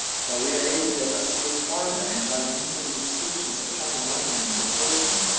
but we are able to go a step farther, and, by means of the inscriptions upon the monuments of copan